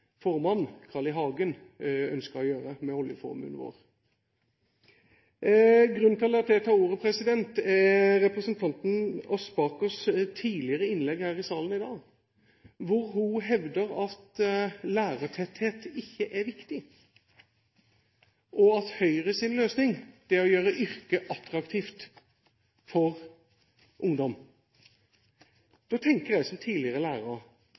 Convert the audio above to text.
formann, Carl I. Hagen, om hva han ønsket å gjøre med oljeformuen vår? Grunnen til at jeg tar ordet er representanten Aspakers tidligere innlegg her i salen i dag. Hun hevdet at lærertetthet ikke er viktig, og at Høyres løsning er å gjøre yrket attraktivt for ungdom. Som tidligere lærer tenker jeg at hvis man tømmer skolen for lærere,